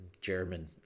german